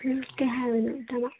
ꯀꯔꯤ ꯍꯥꯏꯕꯅꯣ ꯇꯥꯃꯣ